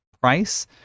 price